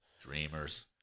Dreamers